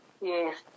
Yes